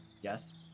Yes